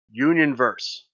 Unionverse